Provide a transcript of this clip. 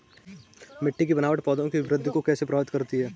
मिट्टी की बनावट पौधों की वृद्धि को कैसे प्रभावित करती है?